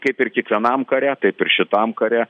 kaip ir kiekvienam kare taip ir šitam kare